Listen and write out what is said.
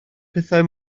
pethau